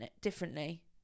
differently